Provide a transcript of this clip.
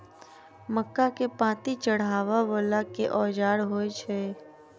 मक्का केँ पांति चढ़ाबा वला केँ औजार होइ छैय?